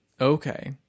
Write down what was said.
Okay